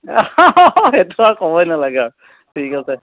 সেইটো আৰু ক'বই নেলাগে আৰু ঠিক আছে